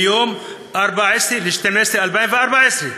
מיום 14 בדצמבר 2014,